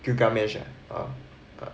ah uh